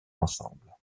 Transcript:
ensemble